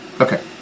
Okay